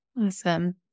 Awesome